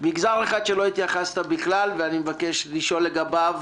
מגזר אחד שלא התייחסת אליו בכלל ואני מבקש לשאול לגביו